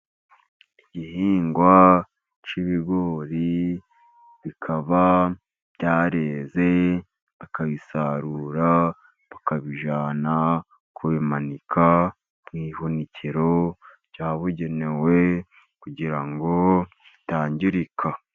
Igihingwa cy'ibigori, bikaba byareze akabisarura akabijyana kubimanika , mu ihunikiro ryabugenewe kugira ngo bitangirika.